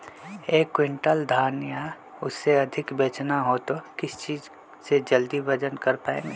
एक क्विंटल धान या उससे ज्यादा बेचना हो तो किस चीज से जल्दी वजन कर पायेंगे?